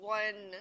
one